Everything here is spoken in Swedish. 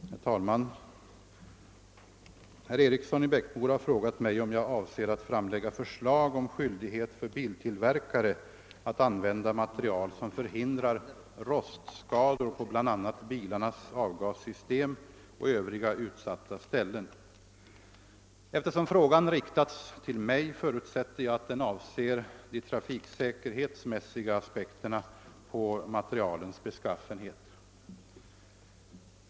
Herr talman! Herr Eriksson i Bäckmora har frågat mig om jag avser att framlägga förslag om skyldighet för biltillverkare att använda material som förhindrar rostskador på bl.a. bilarnas avgassystem och övriga utsatta ställen. Eftersom frågan riktats till mig förutsätter jag att den avser de trafiksäkerhetsmässiga aspekterna på materialens beskaffenhet.